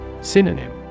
Synonym